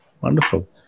Wonderful